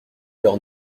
leur